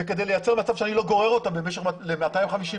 זה כדי לייצר מצב שאני לא גורר אותם 250 מטרים.